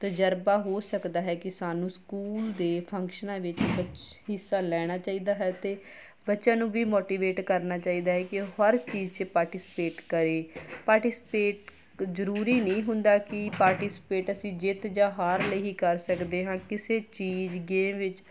ਤਜ਼ਰਬਾ ਹੋ ਸਕਦਾ ਹੈ ਕਿ ਸਾਨੂੰ ਸਕੂਲ ਦੇ ਫੰਕਸ਼ਨਾਂ ਵਿੱਚ ਹਿੱਸਾ ਲੈਣਾ ਚਾਹੀਦਾ ਹੈ ਅਤੇ ਬੱਚਿਆਂ ਨੂੰ ਵੀ ਮੋਟੀਵੇਟ ਕਰਨਾ ਚਾਹੀਦਾ ਹੈ ਕਿ ਉਹ ਹਰ ਚੀਜ਼ ਚ ਪਾਰਟੀਸਪੇਟ ਕਰੇ ਪਾਰਟੀਸਪੇਟ ਜ਼ਰੂਰੀ ਨਹੀਂ ਹੁੰਦਾ ਕਿ ਪਾਰਟੀ ਅਸੀਂ ਜਿੱਤ ਜਾਂ ਹਾਰ ਲਈ ਹੀ ਕਰ ਸਕਦੇ ਕਿਸੇ ਚੀਜ਼ ਗੇਮ ਵਿੱਚ